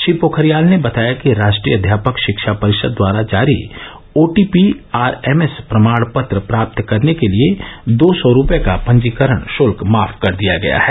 श्री पोखरियाल ने बताया कि राष्ट्रीय अध्यापक शिक्षा परिषद द्वारा जारी ओटीपीआरएमएस प्रमाण पत्र प्राप्त करने के लिए दो सौ रुपये का पंजीकरण श्ल्क माफ कर दिया गया है